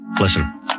Listen